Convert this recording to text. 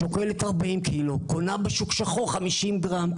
שוקלת 40 קילו וקונה בשוק השחור כ-50 גרם.